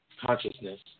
consciousness